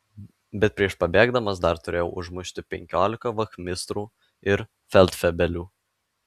bet prieš pabėgdamas dar turėjau užmušti penkiolika vachmistrų ir feldfebelių